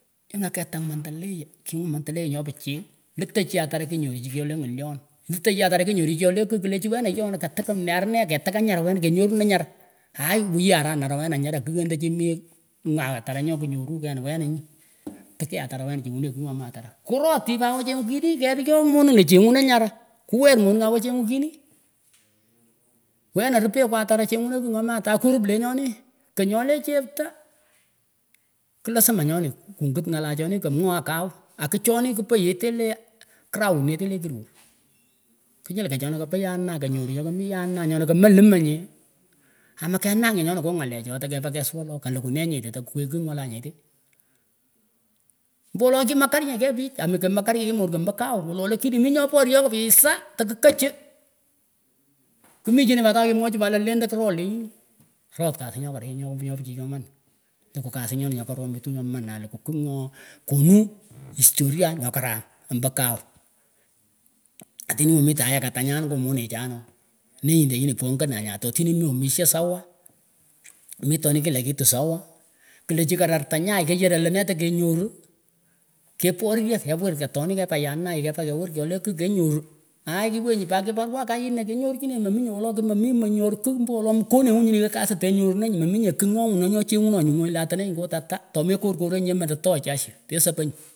Kimah kilang mandeleo kingun amdeleo nyoh pichiy litah chih atarah knyoruh chih kyoleh ngalyon litachih atarah knyoruh kyoleh kigh klah chih wenah yoh anah katih kimnee arnen ketikah nyarah kenyorunah nyarah aai wiyah arah naah wena nyarah kigh endechi min mwagh atarah nyoh knyoruh wenah nyi tikeh atarah wenah chenguneh kigh nyomih atarah kurot chin pat wah chenguh kiini keyoh moning awah chenguh kiinih wenah ripeh kwahtarah chenyunah kigh nyomih atay kurip lenyonih kahnyoleh cheptan klasima nyonih ikungut ngalah chonih kahmwahh kawn akichonih kipah yete leh groung nyete leh kiror knyull kah chonah pah yanah kahnyoruh chokemih yanah chokamalimanyeh akamenak nyonah ngoh ngalechi tekepah kesuwah loh kalukunenyeteh tehkwiy kigh nyolanyeteh mbo wolo kima karnyeh keyh pich amah kah imakarnyeh chin morkati mbo kawn mbolo wolo lakini minyoh poryoh kapilisha tekikachi kmichinah pat takemwochi pat lendah kirol lenyinih rot kasih nyoh kariny nyo pichy nyoman likukasin nyokaromituh nyoman alikuh kughnyoh konish historia nyoh karam ombo kawn atinih umitanyeh katanyan ngoh monechanooh nenyindeh nyinih pongahnanyah toh tinih mik omishah sawa mitonich kila kitu sawa klah chih kahrartah yanayin kewir kyoleh kigh kenyoruh ai iwenyih eat kibarua kayinah kenyor chine mominyeh wolo kimemih monyoruh kigh mbo wolo mkonenguh nyinah yiah kasin tenyorunenyih meminyeh kigh nyo ngunan chenyunonyih nguny atenenyih kut atah toh mekorkor enyeh lah toa jasho tesepanyit.